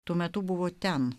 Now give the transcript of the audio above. tuo metu buvo ten